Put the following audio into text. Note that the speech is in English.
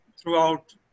throughout